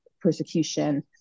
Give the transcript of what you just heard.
persecution